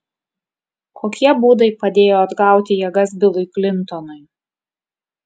kokie būdai padėjo atgauti jėgas bilui klintonui